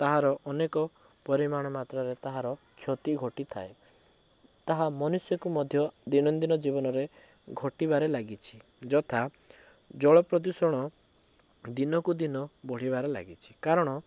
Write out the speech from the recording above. ତାହାର ଅନେକ ପରିମାଣ ମାତ୍ରାରେ ତାହାର କ୍ଷତି ଘଟିଥାଏ ତାହା ମନୁଷ୍ୟକୁ ମଧ୍ୟ ଦୈନନ୍ଦୀନ ଜୀବନରେ ଘଟିବାରେ ଲାଗିଛି ଯଥା ଜଳ ପ୍ରଦୂଷଣ ଦିନକୁ ଦିନ ବଢ଼ିବାରେ ଲାଗିଛି କାରଣ